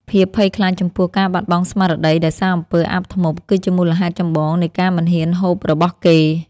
ភាពភ័យខ្លាចចំពោះការបាត់បង់ស្មារតីដោយសារអំពើអាបធ្មប់គឺជាមូលហេតុចម្បងនៃការមិនហ៊ានហូបរបស់គេ។